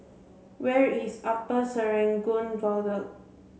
where is Upper Serangoon Viaduct